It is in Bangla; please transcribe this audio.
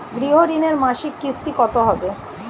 গৃহ ঋণের মাসিক কিস্তি কত হবে?